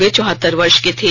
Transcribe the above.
वे चौहत्तर वर्ष के थे